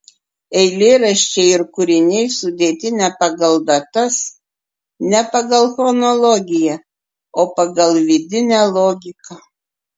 eilėraščiai ir kūriniai sudėti ne pagal datas ne pagal chronologiją o pagal vidinę logiką